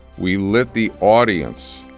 we lift the audience.